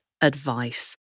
advice